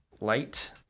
Light